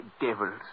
devils